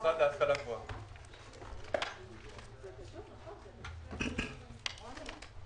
בתקציב המשרד להשכלה גבוהה עבור יישום החלטת ממשלה מספר 366